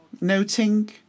noting